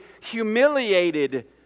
humiliated